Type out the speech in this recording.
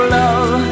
love